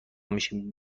میشیم